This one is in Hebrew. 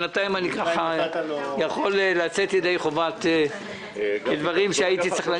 בינתיים אני יכול לצאת ידי חובת דברים שהייתי צריך להגיד.